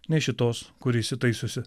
ne šitos kuri įsitaisiusi